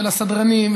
ולסדרנים,